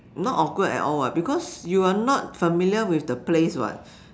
not awkward at all what because you are not familiar with the place what